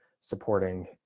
supporting